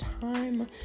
Time